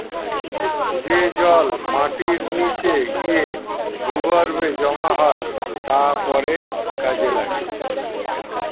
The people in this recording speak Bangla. যে জল মাটির নিচে গিয়ে ভূগর্ভে জমা হয় তা পরে কাজে লাগে